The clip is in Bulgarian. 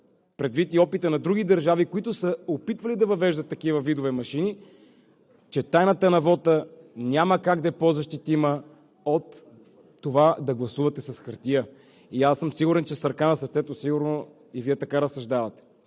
предвид опита и на други държави, които са опитвали да въвеждат такива видове машини, че тайната на вота няма как да е по-защитима от това да гласувате с хартия. Сигурен съм, че с ръка на сърцето и Вие така разсъждавате.